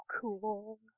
cool